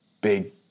big